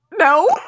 No